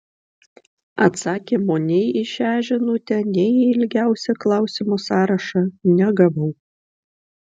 atsakymo nei į šią žinutę nei į ilgiausią klausimų sąrašą negavau